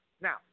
now